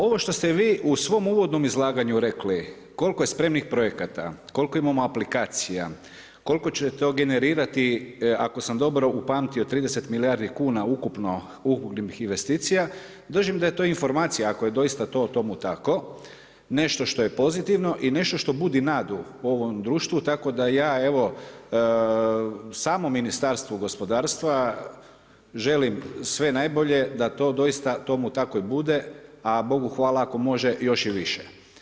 Ovo što ste vi u svom uvodnom izlaganju rekli koliko je spremnih projekata, koliko imamo aplikacija, koliko će to generirati ako sam dobro upamtio 30 milijardi kuna ukupnih investicija, držim da je to informacija ako je doista to tomu tako, nešto što je pozitivno i nešto što budi nadu u ovom društvu, tako da ja evo samom Ministarstvu gospodarstva želim sve najbolje da to doista tomu tako i bude, a Bogu hvala ako može još i više.